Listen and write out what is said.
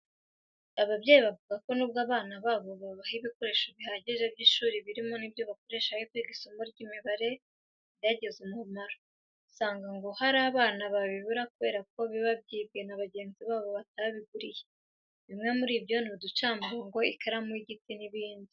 Ababyeyi bavuga ko nubwo abana babo babaha ibikoresho bihagije by'ishuri birimo n'ibyo bakoresha bari kwiga isomo ry'imibare byagize umumaro, usanga ngo hari abana babibura kubera ko biba byibwe na bagenzi babo batabiguriye. Bimwe muri byo ni uducamurongo, ikaramu y'igiti n'ibindi.